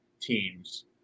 teams